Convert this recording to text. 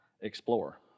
explore